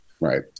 right